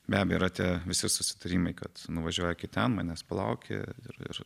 be abejo yra tie visi susitarimai kad nuvažiuoji iki ten manęs palauki ir ir